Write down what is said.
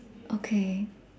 okay